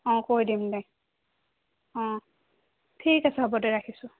অঁ কৰি দিম দে অঁ ঠিক আছে হ'ব দে ৰাখিছোঁ